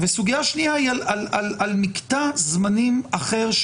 סוגייה שנייה היא על מקטע זמנים אחר,